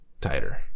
tighter